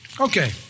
Okay